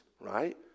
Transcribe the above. right